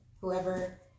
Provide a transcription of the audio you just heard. whoever